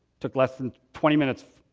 took less than twenty minutes,